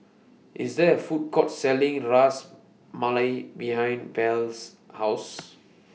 IS There A Food Court Selling Ras Malai behind Belle's House